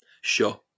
sure